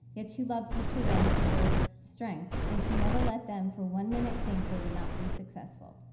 yet she loved each of them for their strengths and she never let them for one minute think they would not be successful.